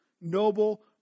noble